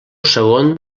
segon